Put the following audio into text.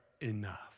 enough